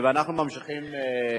על כן היא לא